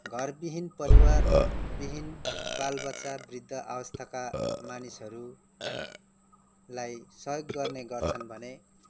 घरविहीन परिवारविहीन बालबच्चा वृद्ध अवस्थाका मानिसहरूलाई सहयोग गर्ने गर्छन् भने